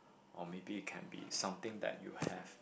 or maybe can be something that you have